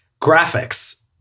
graphics